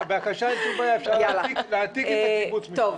אפשר להעתיק את הקיבוץ משם.